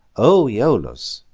o aeolus!